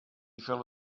fell